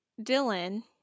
dylan